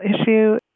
issue